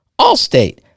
Allstate